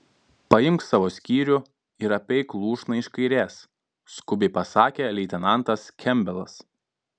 paimk savo skyrių ir apeik lūšną iš kairės skubiai pasakė leitenantas kempbelas